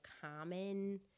common